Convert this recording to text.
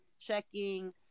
checking